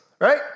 right